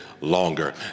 longer